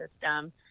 system